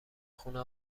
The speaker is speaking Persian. خونه